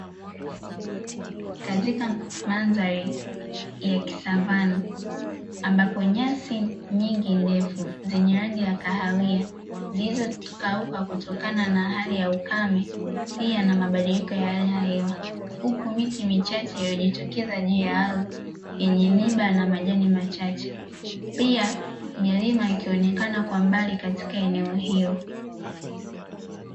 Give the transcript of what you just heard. Katika mandhari ya kisavana ambapo nyasi nyingi ndefu zenye rangi ya kahawia zilizokauka kutokana na hali ya ukame pia na mabadiliko ya hali ya hewa, huku miti michache imejitokeza juu ya ardhi yenye miba na majani machache, pia milima ikionekana kwa mbali katika eneo hilo.